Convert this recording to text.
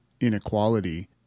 inequality